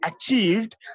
achieved